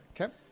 Okay